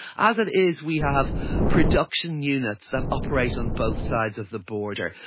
as it is, we have production units that operate on both sides of the border.